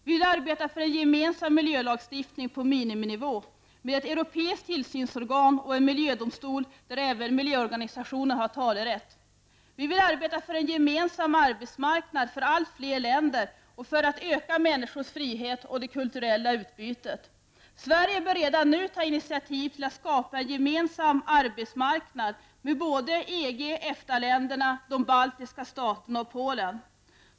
Vi vill arbeta för en gemensam miljölagstiftning på miniminivå, med ett europeiskt tillsynsorgan och en miljödomstol, där även miljöorganisationer har talerätt. Vi vill arbeta för en gemensam arbetsmarknad för allt fler länder och för att öka människors frihet och det kulturella utbytet. Sverige bör redan nu ta initiativ till att skapa en gemensam arbetsmarknad med både EG, EFTA länderna, de baltiska staterna och Polen.